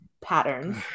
patterns